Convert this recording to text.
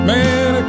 Man